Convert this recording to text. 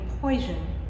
poison